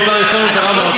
אם כבר הזכרנו את הרמב"ם,